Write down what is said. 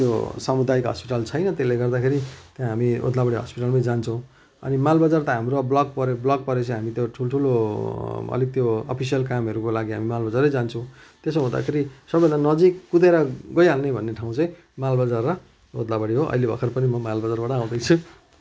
त्यो सामुदायिक हस्पिटल छैन त्यसले गर्दाखेरि हामी ओद्लाबाडी हस्पिटलमै जान्छौँ अनि मालबजार त हाम्रो ब्लक पऱ्यो ब्लक परेपछि हामी त्यो ठुल्ठुलो अलिक त्यो अफिसियल कामहरूको लागि हामी मालबजारै जान्छौँ त्यसो हुँदाखेरि सबैभन्दा नजिक कुदेर गइहाल्ने भन्ने ठाउँ चाहिँ मालबजार र ओद्लाबाडी हो अहिले भर्खर पनि म मालबजारबाट आउँदैछु